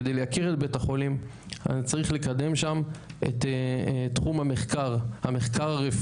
כדי לייקר את בית החולים אני צריך לקדם שם את תחום המחקר הרפואי.